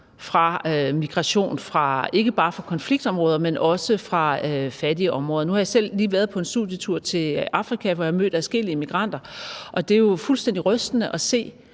fra migration – ikke bare fra konfliktområder, men også fra fattige områder. Nu har jeg selv lige været på en studietur til Afrika, hvor jeg mødte adskillige immigranter, og det er jo fuldstændig rystende at se,